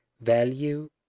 value